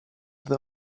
the